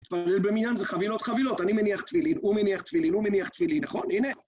במניין זה חבילות חבילות, אני מניח תפילין, הוא מניח תפילין, הוא מניח תפילין, נכון? הנה,